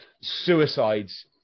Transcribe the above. suicides